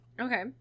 Okay